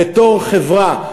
בתור חברה,